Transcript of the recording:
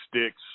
Sticks